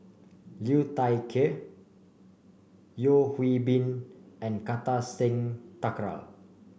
Liu Thai Ker Yeo Hwee Bin and Kartar Singh Thakral